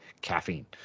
caffeine